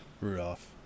Rudolph